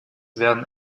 werden